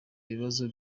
ibibazo